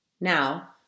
Now